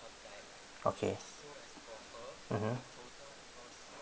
okay mmhmm